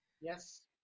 Yes